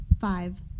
Five